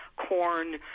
corn